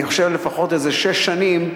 אני חושב לפחות איזה שש שנים,